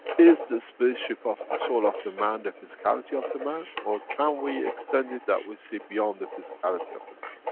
is the spaceship of the soul of the man the physicality of the man, or can we extend it that we see beyond the physicality of the man?